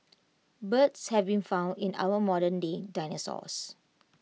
birds have been found in our modernday dinosaurs